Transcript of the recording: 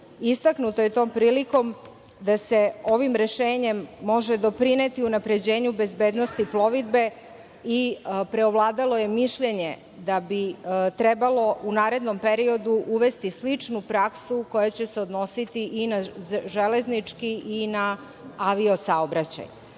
Istaknuto je tom prilikom da se ovim rešenjem može doprineti unapređenju bezbednosti plovidbe i preovladalo je mišljenje da bi trebalo u narednom periodu uvesti sličnu praksu koja će se odnositi i na železnički i na avio saobraćaj. Par